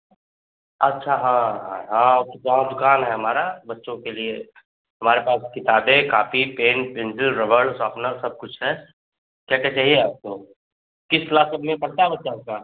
अच्छा हाँ हाँ हाँ वहाँ दुकान है हमारा बच्चों के लिए हमारे पास किताबें कापी पेन पेंसिल रबड़ सॉपनर सब कुछ है क्या क्या चाहिए आपको किस क्लास में अपने पढ़ता है बच्चा आपका